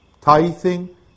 Tithing